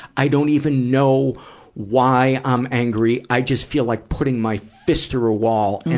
i don't even know why i'm angry. i just feel like putting my fist through a wall. and